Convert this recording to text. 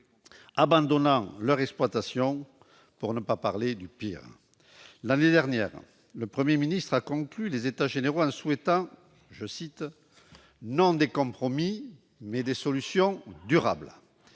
abandonnant leur exploitation, pour ne pas parler du pire. L'année dernière, le Premier ministre a conclu les États généraux de l'alimentation en souhaitant « non des compromis, mais des solutions durables ».